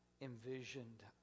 envisioned